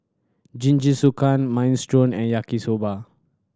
Jingisukan Minestrone and Yaki Soba